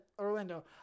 Orlando